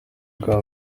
bwa